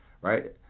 Right